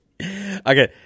Okay